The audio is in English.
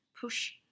push